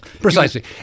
Precisely